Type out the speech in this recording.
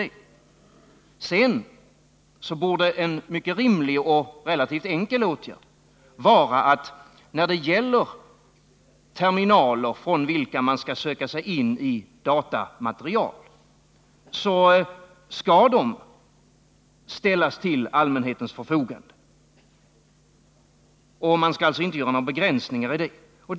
För det andra borde en mycket rimlig och relativt enkel åtgärd när det gäller terminaler från vilka man skall söka sig in i datamaterial vara att de skall ställas till allmänhetens förfogande. Och det kan man göra. Man skall alltså inte göra några begränsningar där.